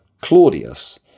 Claudius